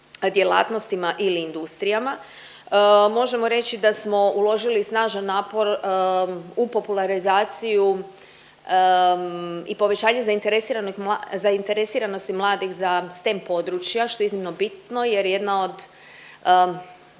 djelatnostima ili industrijama. Možemo reći da smo uložili snažan napor u popularizaciju i povećanje zainteresiranosti mladih za STEM područja što je iznimno bitno jer je jedna od